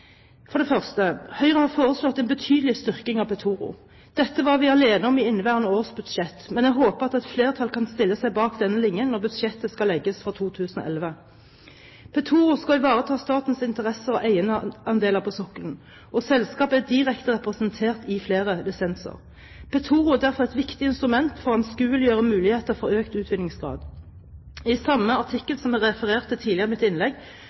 For det første: Høyre har foreslått en betydelig styrking av Petoro. Dette var vi alene om ved behandlingen av inneværende års budsjett, men jeg håper at et flertall kan stille seg bak denne linjen når budsjettet for 2011 skal legges. Petoro skal ivareta statens interesser og eierandeler på sokkelen, og selskapet er direkte representert i flere lisenser. Petoro er derfor et viktig instrument for å anskueliggjøre muligheter for økt utvinningsgrad. I samme artikkel som jeg refererte til tidligere i mitt innlegg,